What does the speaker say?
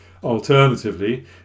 Alternatively